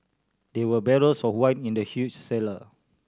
there were barrels of wine in the huge cellar